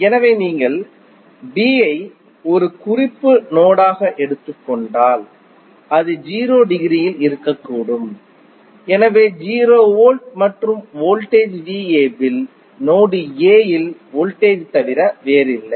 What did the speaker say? எனவே நீங்கள் B ஐ ஒரு குறிப்பு நோடு ஆக எடுத்துக் கொண்டால் அது 0 டிகிரியில் இருக்கக்கூடும் எனவே 0 வோல்ட் மற்றும் வோல்டேஜ் VAB இல் நோடு A இல் வோல்டேஜ் தவிர வேறில்லை